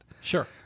Sure